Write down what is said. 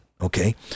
okay